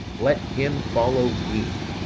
let him follow me.